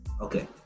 Okay